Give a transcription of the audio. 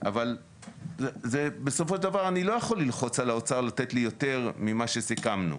אבל בסופו של דבר אני לא יכול ללחוץ על האוצר לתת לי יותר ממה שסיכמנו.